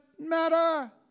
matter